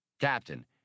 Captain